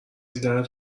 دیدنت